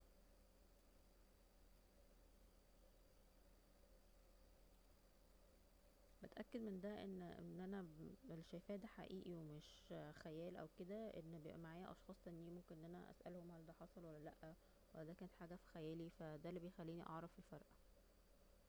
اتاكد من دا ان أن أنا اللي شايفه دا حقيقي ومش خيال او كده أن بيبقى معايا أشخاص تانيين ممكن أن أنا اسالهم دا حصل ولا لا ولا دا كان حاجة في خيالي دا اللي بيخليني اعرف الفرق